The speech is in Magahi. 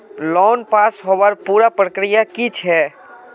लोन पास होबार पुरा प्रक्रिया की छे?